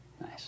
Nice